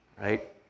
right